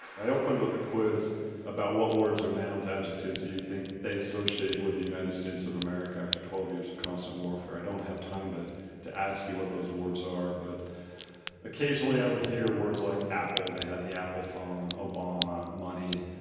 i opened with a quiz about what words or nouns, adjectives you think they associate with the united states of america after twelve years of constant warfare. i don't have time to to ask you what those words are, but occasionally i would hear words like apple they had the apple phone obama, money.